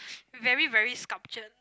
very very sculptured